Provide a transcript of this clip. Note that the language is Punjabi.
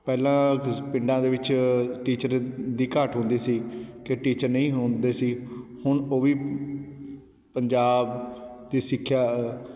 ਪਹਿਲਾਂ ਪਿੰਡਾਂ ਦੇ ਵਿੱਚ ਟੀਚਰ ਦੀ ਘਾਟ ਹੁੰਦੀ ਸੀ ਕਿ ਟੀਚਰ ਨਹੀਂ ਹੁੰਦੇ ਸੀ ਹੁਣ ਓਹ ਵੀ ਪੰਜਾਬ ਦੀ ਸਿੱਖਿਆ